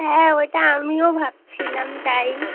হ্যাঁ ওইটা আমিও ভাবছিলাম তাই